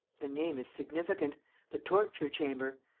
the name is significant the torture-chamber.